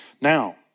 Now